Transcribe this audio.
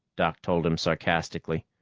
doc told him sarcastically.